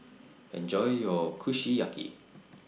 Enjoy your Kushiyaki